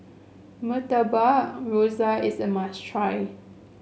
Murtabak Rusa is a must try